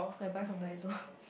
I buy from Daiso